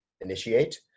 initiate